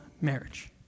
marriage